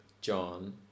John